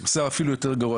אפילו יותר גרוע,